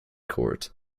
court